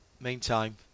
meantime